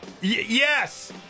Yes